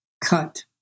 Cut